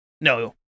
No